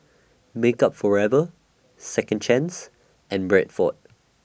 Makeup Forever Second Chance and Bradford